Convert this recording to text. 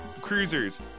cruisers